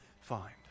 find